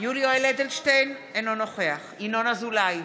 יולי יואל אדלשטיין, אינו נוכח ינון אזולאי,